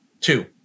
Two